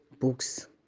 books